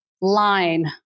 line